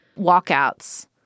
walkouts